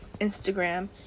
instagram